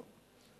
לא.